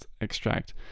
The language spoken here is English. extract